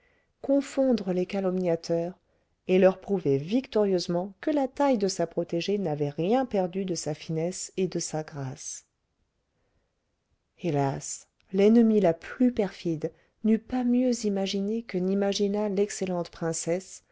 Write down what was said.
confondre les calomniateurs et leur prouver victorieusement que la taille de sa protégée n'avait rien perdu de sa finesse et de sa grâce hélas l'ennemie la plus perfide n'eût pas mieux imaginé que n'imagina l'excellente princesse